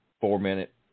four-minute